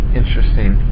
interesting